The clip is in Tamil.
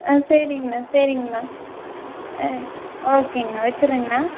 ஆ சரிங்ண்ணா சரிங்ண்ணா ஆ ஓகேங்ண்ணா வெச்சுட்றேங்ண்ணா